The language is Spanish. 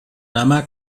ama